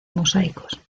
mosaicos